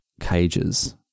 cages